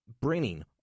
bringing